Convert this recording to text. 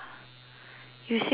you say which one ah